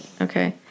Okay